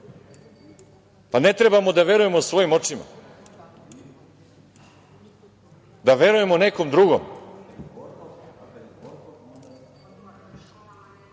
Ne treba da verujemo svojim očima? Da verujemo nekom drugom? To